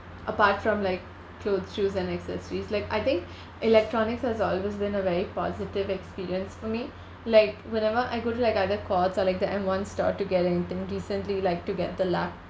apart from like clothes shoes and accessories like I think electronics has always been a very positive experience for me like whenever I go to like either courts or like the M one store to getting thing recently like to get the laptop